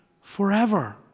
forever